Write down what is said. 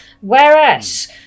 whereas